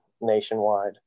nationwide